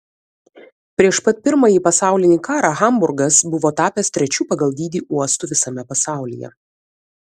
prieš pat pirmąjį pasaulinį karą hamburgas buvo tapęs trečiu pagal dydį uostu visame pasaulyje